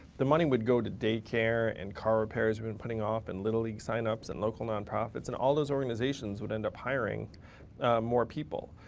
the money would go to daycare and car repairs we've been putting off and little league sign ups and local nonprofits and all those organizations would end up hiring more people.